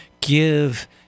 Give